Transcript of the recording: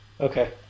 Okay